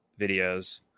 videos